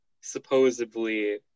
supposedly